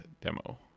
demo